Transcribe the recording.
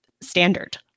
standard